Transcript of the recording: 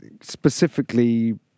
specifically